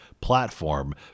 platform